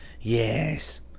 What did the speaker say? Yes